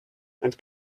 and